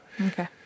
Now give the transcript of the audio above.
Okay